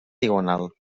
diagonal